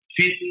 fit